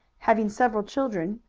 having several children,